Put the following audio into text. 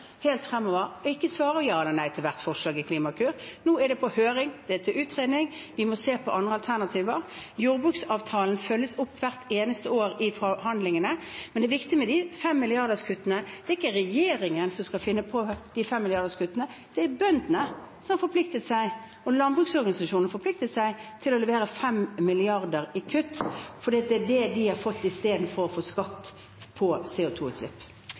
fremover: å ikke svare ja eller nei til hvert forslag i Klimakur. Nå er det på høring. Det er til utredning. Vi må se på andre alternativer. Jordbruksavtalen følges opp hvert eneste år i forhandlingene. Men det er viktig når det gjelder 5 mrd. kr-kuttene, at det er ikke regjeringen som skal finne dem. Det er bøndene som har forpliktet seg, og landbruksorganisasjonene som har forpliktet seg, til å levere 5 mrd. kr i kutt, fordi det er det de har fått istedenfor skatt på